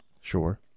Sure